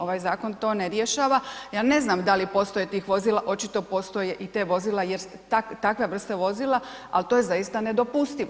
Ovaj zakon to ne rješava, ja ne znam da li postoje tih vozila, očito postoje i te vozila jer takve vrste vozila, al to je zaista nedopustivo.